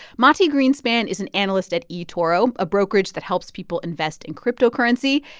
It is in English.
mati greenspan is an analyst at etoro, a brokerage that helps people invest in cryptocurrency.